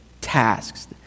tasks